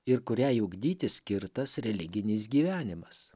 ir kuriai ugdyti skirtas religinis gyvenimas